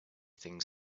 things